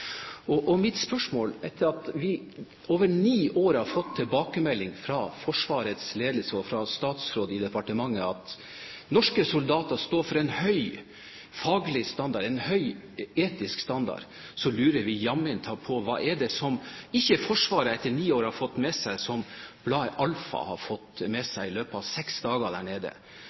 Etter at vi over ni år har fått tilbakemelding fra Forsvarets ledelse og fra statsråd i departementet om at norske soldater står for en høy faglig standard, en høy etisk standard, så lurer vi jammen på hva det er som ikke Forsvaret i løpet av ni år har fått med seg som bladet Alfa har fått med seg i løpet av seks dager